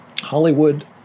Hollywood